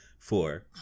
Four